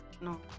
no